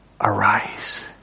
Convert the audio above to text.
Arise